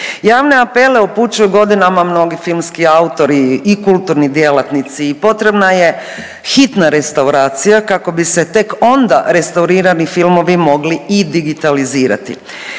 Javne apele upućuju godinama mnogi filmski autori i kulturni djelatnici. Potrebna je hitna restauracija kako bi se tek onda restaurirani filmovi mogli i digitalizirati.